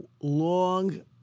long